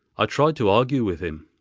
i tried to argue with him,